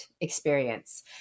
experience